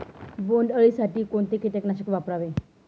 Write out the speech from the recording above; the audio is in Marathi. बोंडअळी साठी कोणते किटकनाशक वापरावे?